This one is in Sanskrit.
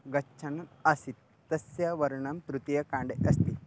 गच्छन् आसीत् तस्य वर्णननं तृतीयकाण्डे अस्ति